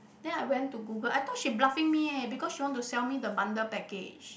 then I went to Google I thought she bluffing me eh because she want to sell me the bundle package